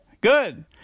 Good